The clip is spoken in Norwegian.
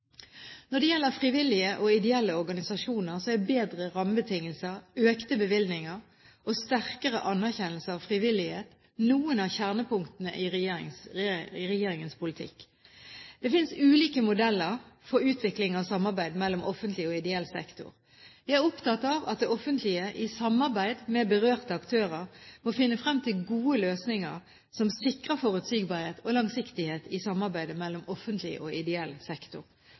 Når det gjelder frivillige og ideelle organisasjoner, er bedre rammebetingelser, økte bevilgninger og sterkere anerkjennelse av frivillighet noen av kjernepunktene i regjeringens politikk. Det finnes ulike modeller for utvikling av samarbeid mellom offentlig og ideell sektor. Jeg er opptatt av at det offentlige i samarbeid med berørte aktører må finne frem til gode løsninger som sikrer forutsigbarhet og langsiktighet i samarbeidet mellom offentlig og ideell sektor.